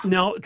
Now